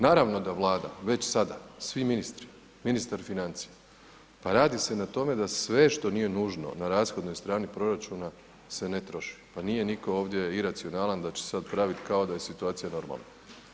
Naravno da Vlada već sada, svi ministri, ministar financija pa radi se na tome da sve što nije nužno na rashodnoj strani proračuna se ne troši, pa nije niko ovdje iracionalan da će sad praviti kao da je situacija normalna.